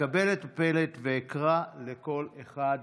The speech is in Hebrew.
אקבל את הפלט ואקרא לכל אחד בזמנו.